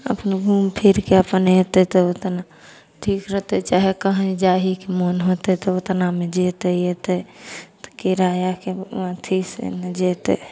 अपन घुमिफिरिके अपन अएतै तऽ ओतना ठीक रहतै चाहे कहीँ जाइहिके मोन होतै तऽ ओतनामे जेतै अएतै तऽ किरायाके अथी से ने जएतै